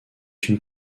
une